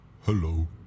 Hello